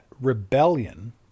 rebellion